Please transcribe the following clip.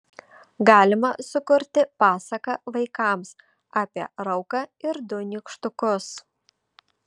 galima sukurti pasaką vaikams apie rauką ir du nykštukus